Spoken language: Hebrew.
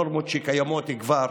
נורמות שקיימות כבר